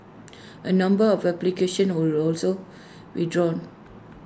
A number of applications were also withdrawn